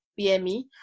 BME